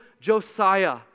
Josiah